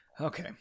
Okay